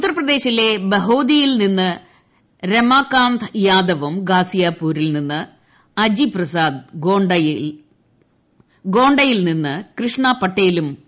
ഉത്തർപ്രദേശിലെ ബഹോദിയിൽ നിന്ന് രമകാന്ത് യാദവും ഗാസിയപൂരിൽ നിന്ന് അജി പ്രസാദും ഗോണ്ടയിൽ നിന്ന് കൃഷ്ണ പട്ടേലും മത്സരിക്കും